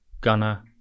gunner